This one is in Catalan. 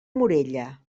morella